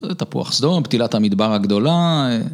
תפוח סדום, פתילת המדבר הגדולה.